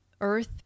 earth